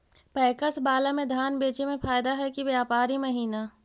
PACS बाला में धान बेचे मे फायदा है कि व्यापारी महिना?